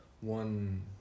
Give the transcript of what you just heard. one